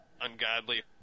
ungodly